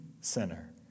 sinner